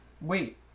Wait